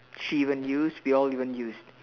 she even used we all even used